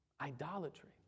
Idolatry